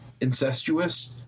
incestuous